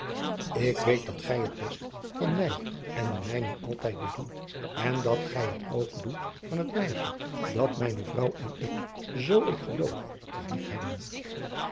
ik weet dat gij het best van mij en de mijnen altijd bedoelt en dat gij het ook doet van het meisje dat mijne vrouw en ik zoo ik geloof te